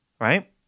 Right